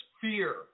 fear